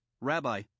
Rabbi